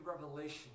revelation